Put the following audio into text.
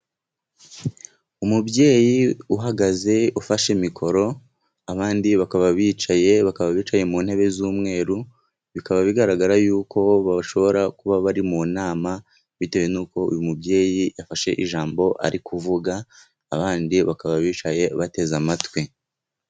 Umubyeyi uhagaze ufashe mikoro, abandi bakaba bicaye bakaba bicaye mu ntebe z'umweru. Bikaba bigaragara yuko bashobora kuba bari mu nama, bitewe n'uko uyu mubyeyi yafashe ijambo ari kuvuga, abandi bakaba bicaye bateze amatwi.